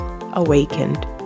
awakened